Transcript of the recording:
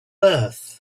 earth